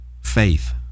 faith